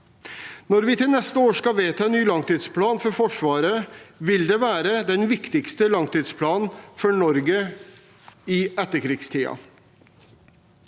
Når vi til neste år skal vedta en ny langtidsplan for Forsvaret, vil det være den viktigste langtidsplanen for Norge i etterkrigstid.